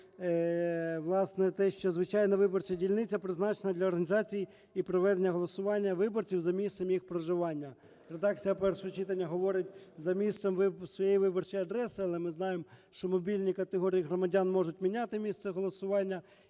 власне те, що, звичайно, виборча дільниця призначена для організації і проведення голосування виборів за місцем їх проживання. Редакція першого читання говорить: за місцем своєї виборчої адреси. Але ми знаємо, що мобільні категорії громадян можуть міняти місце голосування